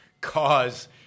cause